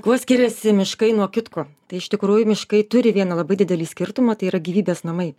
kuo skiriasi miškai nuo kitko tai iš tikrųjų miškai turi vieną labai didelį skirtumą tai yra gyvybės namai